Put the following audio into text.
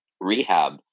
rehab